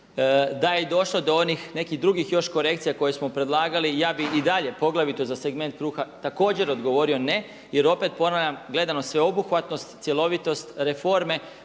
Da je došlo do onih nekih drugih još korekcija koje smo predlagali ja bih i dalje poglavito za segment kruha također odgovorio ne. Jer opet ponavljam gledano sveobuhvatnost, cjelovitost, reforme